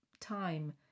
time